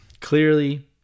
Clearly